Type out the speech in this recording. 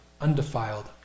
undefiled